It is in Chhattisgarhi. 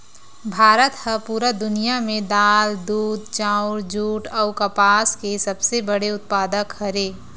भारत हा पूरा दुनिया में दाल, दूध, चाउर, जुट अउ कपास के सबसे बड़े उत्पादक हरे